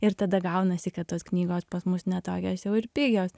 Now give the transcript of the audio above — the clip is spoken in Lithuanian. ir tada gaunasi kad tos knygos pas mus ne tokios jau ir pigios